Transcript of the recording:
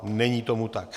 Není tomu tak.